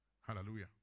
Hallelujah